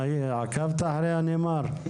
עקבת אחרי הנאמר?